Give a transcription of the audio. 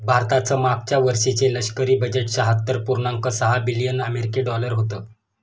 भारताचं मागच्या वर्षीचे लष्करी बजेट शहात्तर पुर्णांक सहा बिलियन अमेरिकी डॉलर होतं